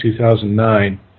2009